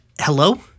hello